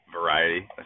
variety